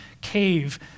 cave